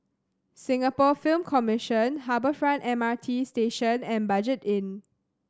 Singapore Film Commission Harbour Front M R T Station and Budget Inn